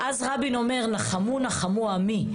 רבין אומר בנאומו נחמו עמי.